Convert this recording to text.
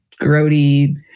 grody